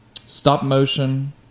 stop-motion